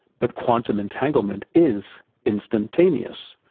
but quantum entanglement is instantaneous.